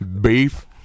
beef